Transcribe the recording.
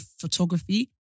photography